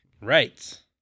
Right